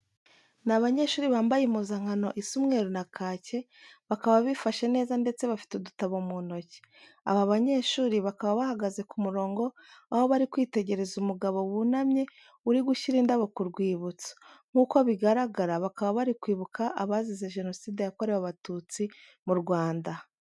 Ni abanyeshuri bambaye impuzankano isa umweru na kake, bakaba bifashe neza ndetse bafite udutabo mu ntoki. Aba banyeshuri bakaba bahagaze ku murongo aho bari kwitegereza umugabo wunamye uri gushyira indabo ku rwibutso. Nkuko bigaragara bakaba bari kwibuka abazize Jenoside yakorewe Abatutsi mu Rwanda.